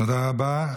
תודה רבה.